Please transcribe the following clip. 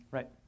Right